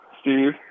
Steve